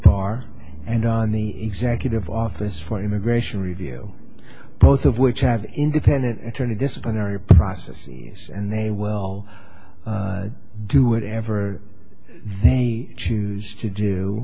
bar and on the executive office for immigration review both of which have independent internal disciplinary process and they well do whatever they choose to do